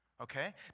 okay